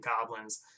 goblins